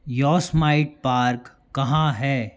Yosemite park कहाँ है